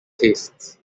tastes